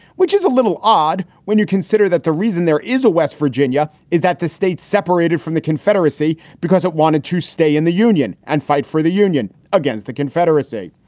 which is a little odd when you consider that the reason there is a west virginia is that the state separated from the confederacy because it wanted to stay in the union and fight for the union against the confederacy.